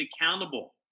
accountable